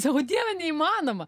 sako dieve neįmanoma